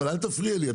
אל תפריע לי.